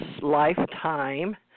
lifetime